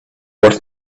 worth